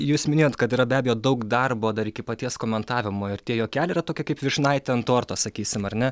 jūs minėjot kad yra be abejo daug darbo dar iki paties komentavimo ar tie juokeliai yra tokia kaip vyšnaitė ant torto sakysim ar ne